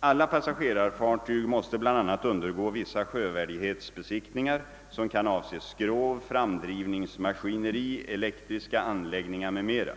Alla passagerarfartyg måste bl.a. undergå vissa sjövärdighetsbesiktningar, som kan avse skrov, framdrivningsmaskineri, elektriska anläggningar m.m.